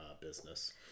business